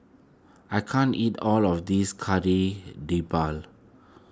I can't eat all of this Kari Debal